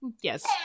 yes